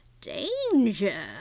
Danger